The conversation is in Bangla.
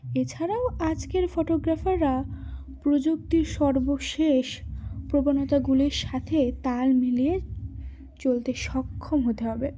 এছাড়াও আজকের ফটোগ্রাফারদের প্রযুক্তির সর্বশেষ প্রবণতাগুলির সাথে তাল মিলিয়ে চলতে সক্ষম হতে হবে